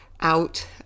out